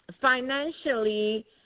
financially